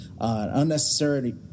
unnecessary